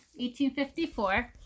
1854